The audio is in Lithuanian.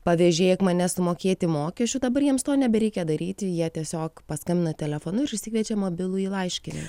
pavėžėk mane sumokėti mokesčių dabar jiems to nebereikia daryti jie tiesiog paskambina telefonu ir išsikviečia mobilųjį laiškininką